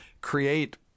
create